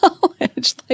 college